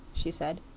she said.